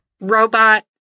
robot